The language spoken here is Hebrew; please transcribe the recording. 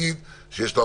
הנגשת המידע.